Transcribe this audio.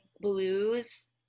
blues